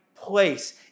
Place